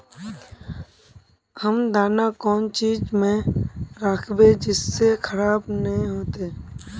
हम दाना कौन चीज में राखबे जिससे खराब नय होते?